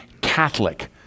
Catholic